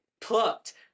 plucked